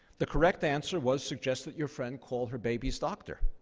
the correct answer was, suggest that your friend called her baby's doctor.